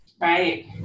Right